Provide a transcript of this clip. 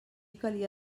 calia